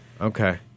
Okay